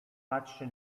patrzy